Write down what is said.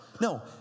No